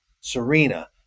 Serena